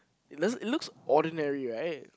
it doesn't it looks ordinary right